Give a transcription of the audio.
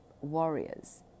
warriors